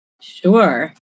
Sure